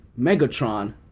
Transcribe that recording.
Megatron